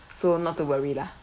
so not to worry lah